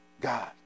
God